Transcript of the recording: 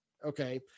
Okay